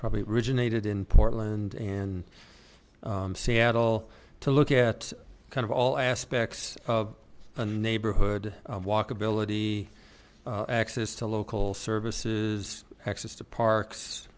probably originated in portland and seattle to look at kind of all aspects of a neighborhood walkability access to local services access to parks